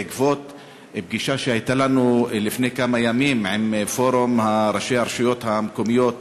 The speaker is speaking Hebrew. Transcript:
בעקבות פגישה שהייתה לנו לפני כמה ימים עם פורום ראשי הרשויות המקומיות